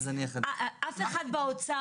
אף אחד באוצר,